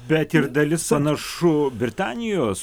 bet ir dalis panašu britanijos